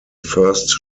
first